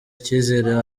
icyizere